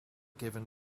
given